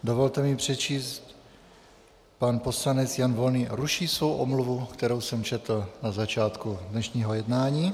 Dovolte mi přečíst, pan poslanec Jan Volný ruší svou omluvu, kterou jsem četl na začátku dnešního jednání.